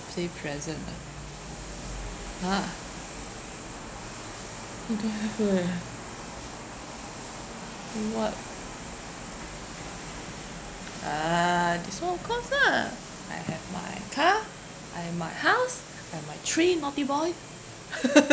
birthday present ah !huh! I don't have leh what ah this one of course lah I have my car and my house and my three naughty boy